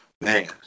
man